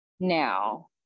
Now